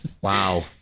Wow